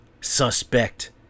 Suspect